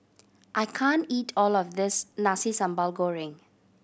I can't eat all of this Nasi Sambal Goreng